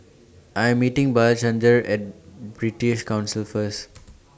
I Am meeting Blanchard At British Council First